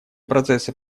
процесса